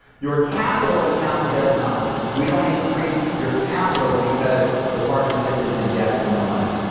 your capital account does not. we don't increase your capital because the partnership is in debt for more money.